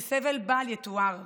זה סבל בל יתואר.